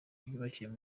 yubakiwe